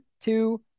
two